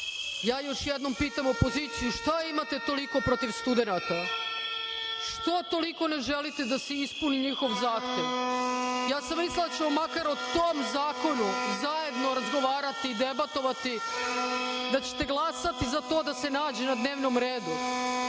jednom pitam opoziciju – šta imate toliko protiv studenata? Što toliko ne želite da se ispuni njihov zahtev? Mislila sam da ćemo makar o tom zakonu zajedno razgovarati, debatovati, da ćete glasati za to da se nađe na dnevnom redu,